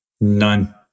None